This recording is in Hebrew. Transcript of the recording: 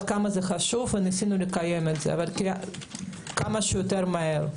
כמה זה חשוב וניסינו לקיים את הדיון כמה שיותר מהר,